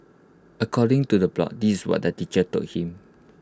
according to the blog this what the teacher told him